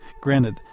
Granted